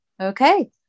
okay